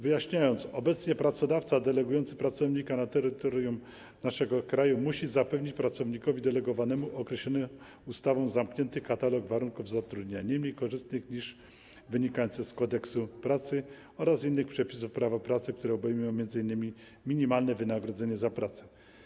Wyjaśniam: obecnie pracodawca delegujący pracownika na terytorium naszego kraju musi zapewnić pracownikowi delegowanemu określony ustawą zamknięty katalog warunków zatrudnienia nie mniej korzystnych niż wynikające z Kodeksu pracy oraz z innych przepisów prawa pracy, które obejmują m.in. minimalne wynagrodzenie za pracę.